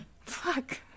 fuck